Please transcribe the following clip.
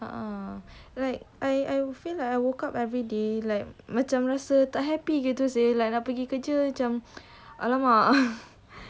ah ah like I I feel like I woke up everyday like macam rasa tak happy gitu seh like nak pergi kerja !alamak!